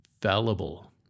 fallible